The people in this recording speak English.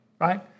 right